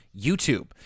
YouTube